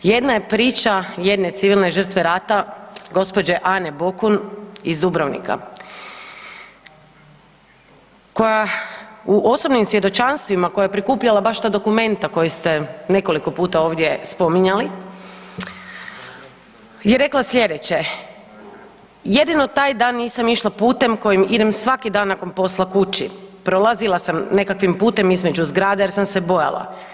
Jedna je priča jedne civilne žrtve rata gđe. Ane Bokun iz Dubrovnika koja u osobnim svjedočanstvima koja je prikupljala baš te dokumente koje ste nekoliko puta ovdje spominjali je rekla slijedeće, jedino taj dan nisam išla putem kojim idem svaki dan nakon posla kući, prolazila sam nekakvim putem između zgrada jer sam se bojala.